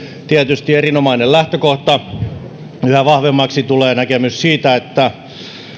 tietysti erinomainen lähtökohta yhä vahvemmaksi tulee näkemys siitä että